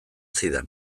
zidan